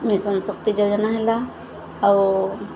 mission Shakti ଯୋଜନା ହେଲା ଆଉ